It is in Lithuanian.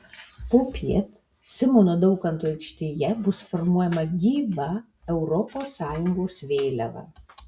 popiet simono daukanto aikštėje bus formuojama gyva europos sąjungos vėliava